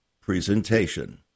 presentation